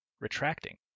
retracting